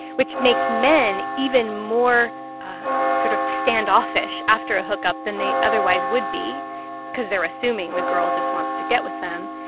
which makes men even more sort of standoffish after a hookup than they otherwise would be cause they're assuming the girl just wants to get with them.